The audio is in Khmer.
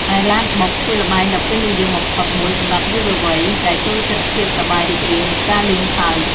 ឯឡានបុក ជាល្បែងដ៏ពេញនិយមបំផុតមួយសម្រាប់យុវវ័យ ដែលចូលចិត្តភាពសប្បាយរីករាយ និងការលេងសើច។